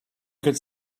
could